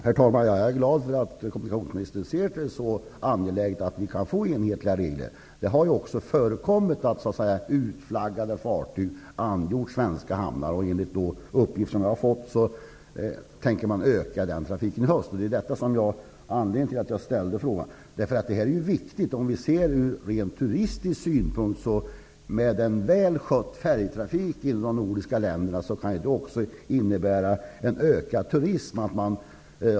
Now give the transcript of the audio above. Herr talman! Jag är glad för att kommunikationsministern ser det som angeläget att vi får enhetliga regler. Det har förekommit att utflaggade fartyg angjort svenska hamnar. Enligt de uppgifter som jag har fått tänker man öka den trafiken i höst. Det är anledningen till att jag ställde frågan. Detta är en viktig fråga om vi ser det ur en rent turistisk synpunkt. En väl skött färjetrafik inom de nordiska länderna kan också innebära en ökad turism.